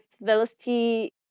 velocity